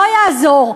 לא יעזור,